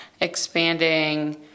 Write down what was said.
expanding